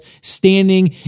standing